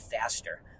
faster